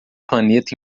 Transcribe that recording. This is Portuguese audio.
planeta